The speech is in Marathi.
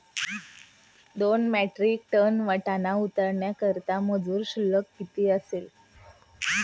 दोन मेट्रिक टन वाटाणा उतरवण्याकरता मजूर शुल्क किती असेल?